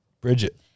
Bridget